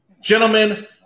Gentlemen